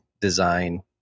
design